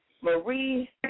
Marie